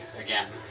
again